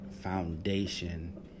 foundation